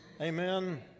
Amen